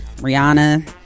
Rihanna